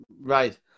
Right